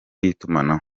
y’itumanaho